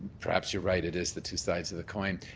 perhaps you're right. it is the two sides of the coin.